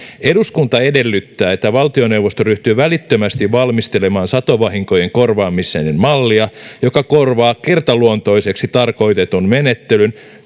eduskunta edellyttää että valtioneuvosto ryhtyy välittömästi valmistelemaan satovahinkojen korvaamisen mallia joka korvaa kertaluontoiseksi tarkoitetun menettelyn